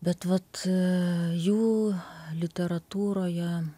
bet vat jų literatūroje